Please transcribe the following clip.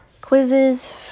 Quizzes